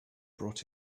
brought